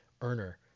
earner